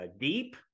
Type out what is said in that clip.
deep